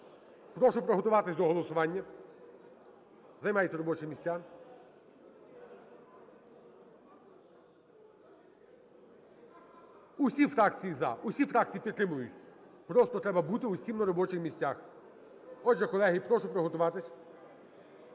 Прошу приготуватися до голосування. Займайте робочі місця. Всі фракції "за", всі фракції підтримують. Просто треба бути всім на робочих місцях. Отже, колеги, прошу приготуватися.